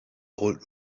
old